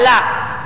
עלה.